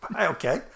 Okay